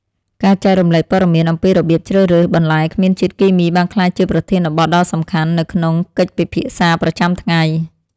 ការចែករំលែកព័ត៌មានអំពីរបៀបជ្រើសរើសបន្លែគ្មានជាតិគីមីបានក្លាយជាប្រធានបទដ៏សំខាន់នៅក្នុងកិច្ចពិភាក្សាប្រចាំថ្ងៃ។